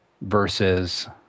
versus